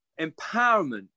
empowerment